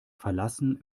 verlassen